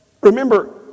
remember